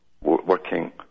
working